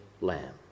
lamb